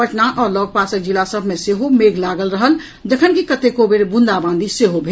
पटना आ लऽग पासक जिला सभ मे सेहो मेघ लागल रहल आ जखनकि कतेको बेर बूंदाबांदी सेहो भेल